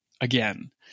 again